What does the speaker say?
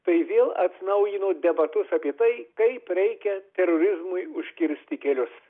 tai vėl atnaujino debatus apie tai kaip reikia terorizmui užkirsti kelius